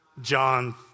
John